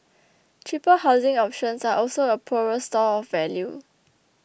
cheaper housing options are also a poorer store of value